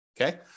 Okay